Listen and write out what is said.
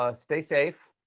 ah stay safe.